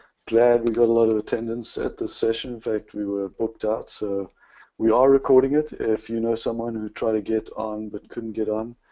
glad we got a lot of attendance at this session. in fact we were booked out. so we are recording it if you know someone who tried to get on but couldn't get on.